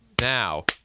Now